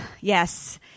yes